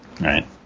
right